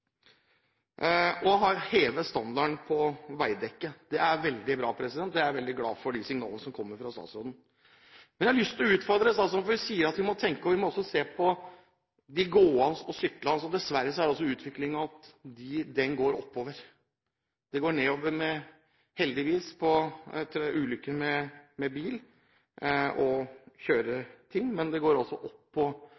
standarden på veidekket er veldig bra. Der er jeg veldig glad for de signalene som kommer fra statsråden. Men jeg har lyst til å utfordre statsråden, for hun sier at vi må tenke på og også se på de gående og syklende. Dessverre er altså utviklingen at tallet på ulykker går oppover. Det går heldigvis nedover med ulykker med bil og kjøretøy, men det går opp for dem som sykler og går. Så jeg har lyst til å